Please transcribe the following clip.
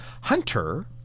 Hunter